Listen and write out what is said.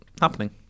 happening